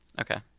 Okay